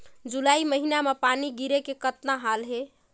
जुलाई महीना म पानी गिरे के कतना हाल हे?